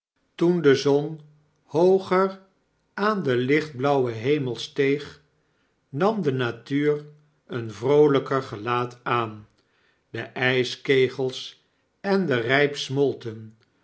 toen de zon hooger aan den lichtblauwen hemel steeg nam de natuur een vroolyker gelaat aan de yskegels en de ryp smolten